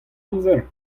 amzer